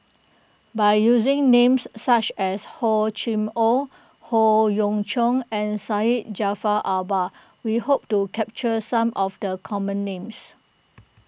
by using names such as Hor Chim or Howe Yoon Chong and Syed Jaafar Albar we hope to capture some of the common names